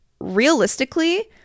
realistically